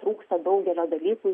trūksta daugelio dalykų